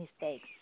mistakes